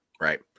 Right